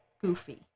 goofy